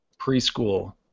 preschool